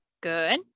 Good